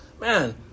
man